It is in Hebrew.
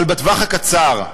אבל בטווח הקצר,